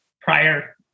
prior